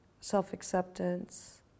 self-acceptance